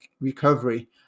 recovery